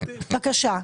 בבקשה.